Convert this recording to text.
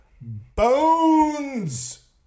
Bones